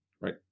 Right